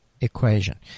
equation